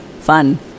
Fun